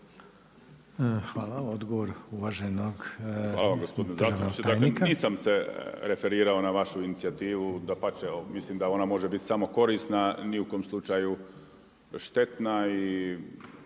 Hvala vam. Gospodine zastupniče, dakle nisam se referirao na vašu inicijativu, dapače, mislim da ona može biti samo korisna, ni u kojem slučaju štetna i